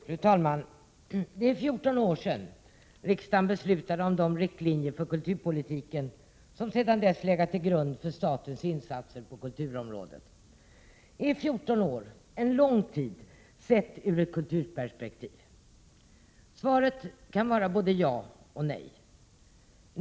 Fru talman! Det är 14 år sedan riksdagen beslutade om de riktlinjer för kulturpolitiken som sedan dess legat till grund för statens insatser på kulturområdet. Är 14 år en lång tid, sett i ett kulturperspektiv? Svaret kan vara både ja och nej.